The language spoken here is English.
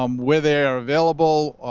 um where they're available,